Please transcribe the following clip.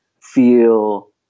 feel